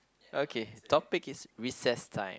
okay topic is recess time